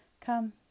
Come